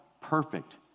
perfect